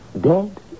Dead